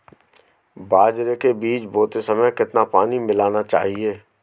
बाजरे के बीज बोते समय कितना पानी मिलाना चाहिए?